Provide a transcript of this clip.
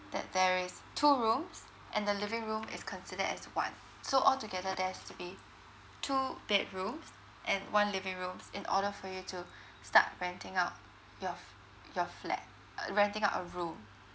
that there is two rooms and the living room is considered as one so all together there has to be two bedrooms and one living rooms in order for you to start renting out your f~ your flat uh renting out a room